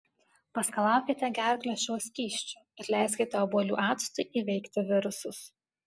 paskalaukite gerklę šiuo skysčiu ir leiskite obuolių actui įveikti virusus